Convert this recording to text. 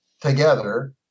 together